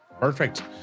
Perfect